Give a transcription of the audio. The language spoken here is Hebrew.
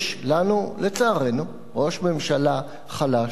יש לנו, לצערנו, ראש ממשלה חלש,